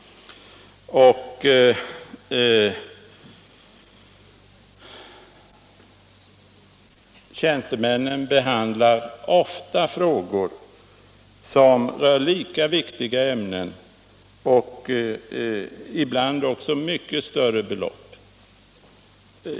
UD-tjänstemännen behandlar ofta frågor som rör lika viktiga ämnen, och ibland också mycket större belopp.